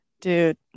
Dude